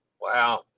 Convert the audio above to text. Wow